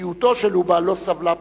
אישיותו של לובה לא סבלה פשרנות.